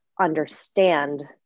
understand